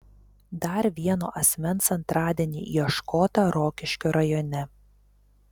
dar vieno asmens antradienį ieškota rokiškio rajone